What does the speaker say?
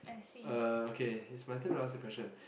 uh okay it's my turn to ask the question